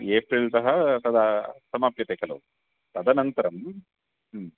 April तः तदा समाप्यते खलु तदनन्तरम्